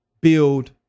build